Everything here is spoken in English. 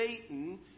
Satan